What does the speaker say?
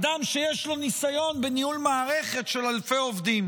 אדם שיש לו ניסיון בניהול מערכת של אלפי עובדים.